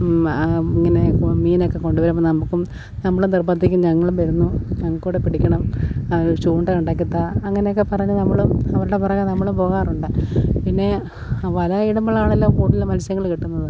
ഇങ്ങനെ ഇപ്പോൾ മീനൊക്കെ കൊണ്ടുവരുമ്പോൾ നമുക്കും നമ്മൾ നിർബന്ധിക്കും ഞങ്ങളും വരുന്നു ഞങ്ങൾക്ക്ക്കൂടി പിടിക്കണം ചൂണ്ട ഉണ്ടാക്കിത്തരൂ അങ്ങനെ ഒക്കെ പറഞ്ഞ് നമ്മളും അവരുടെ പിറകെ നമ്മളും പോകാറുണ്ട് പിന്നേ വലയിടുമ്പോൾ ആണല്ലോ കൂടുതലും മൽസ്യങ്ങൾ കിട്ടുന്നത്